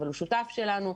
אבל הוא שותף שלנו.